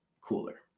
cooler